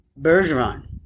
Bergeron